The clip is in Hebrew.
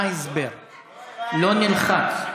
לא נלחץ.